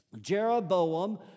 Jeroboam